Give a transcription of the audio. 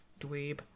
dweeb